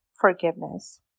forgiveness